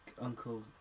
Uncle